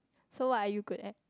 so what are you good at